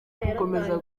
gukomeza